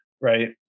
right